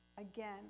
again